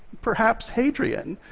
perhaps hadrian,